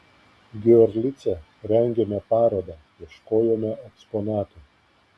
giorlice rengėme parodą ieškojome eksponatų